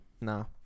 No